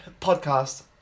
podcast